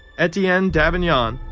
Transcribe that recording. etienne davignon,